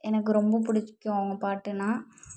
எனக்கு ரொம்ப பிடிக்கும் அவங்க பாட்டுன்னால்